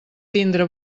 tindre